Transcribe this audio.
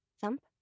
Thump